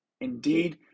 Indeed